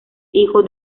hijo